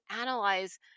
analyze